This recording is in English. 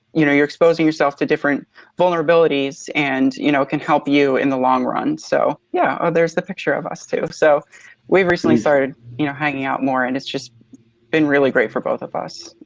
you know you're exposing yourself to different vulnerabilities, and you know it can help you in the long run. so yeah, oh there's the picture of us two. so we've recently started you know hanging out more, and it's just been really great for both of us.